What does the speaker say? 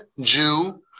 Jew